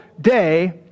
day